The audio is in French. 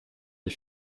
des